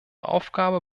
aufgabe